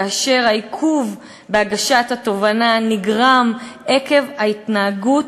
כאשר העיכוב בהגשת התובענה נגרם עקב ההתנהגות